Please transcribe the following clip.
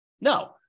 No